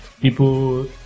people